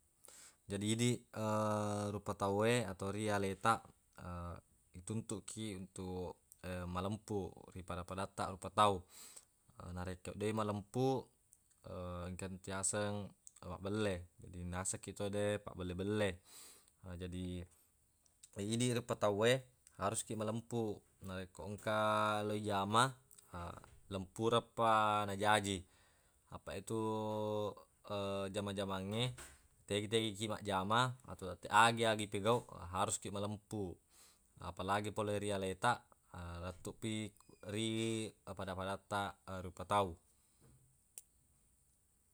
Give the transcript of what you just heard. Jadi idiq rupa tauwe atau rialetaq ituntuq kiq untuq malempu ri pada-padattaq rupa tau. Narekko deq imalempu engkani tu diyaseng mabbelle, jadi nasekkiq tawwe pabbelle-belle. Na jadi idiq rupa tauwe harus kiq malempu narekko engka lo ijama ha lempureppa najaji, apaq yetu jama-jamangnge tegi-tegikiq majjama atau agi-agi ipegauq harus kiq malempu. Apalagi pole ri aletaq lettupi ri pada-padattaq rupa tau.